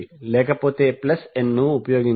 లేకపోతే n ఉపయోగించండి